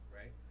right